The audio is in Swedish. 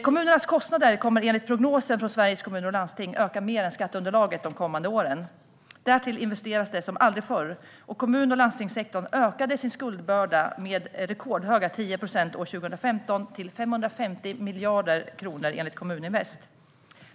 Kommunernas kostnader kommer enligt prognoser från Sveriges Kommuner och Landsting att öka mer än skatteunderlaget de kommande åren. Därtill investeras det som aldrig förr, och kommun och landstingssektorn ökade enligt Kommuninvest sin skuldbörda med rekordhöga 10 procent år 2015, till 550 miljarder kronor.